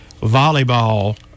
volleyball